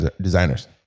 designers